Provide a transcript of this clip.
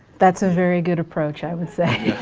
that's a very good approach i would say.